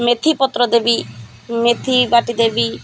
ମେଥି ପତ୍ର ଦେବି ମେଥି ବାଟି ଦେବି